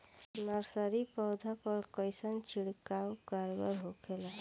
Nursery पौधा पर कइसन छिड़काव कारगर होखेला?